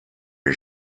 his